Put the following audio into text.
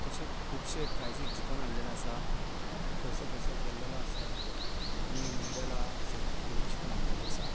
तशेच खुबशे प्रायझीस जिखून हाडिल्ले आसा खंयसर खंयसर गेल्लों आसा आनी मॅडलां सर्टीफिकेट जिखून हाडलेले आसा